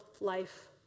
life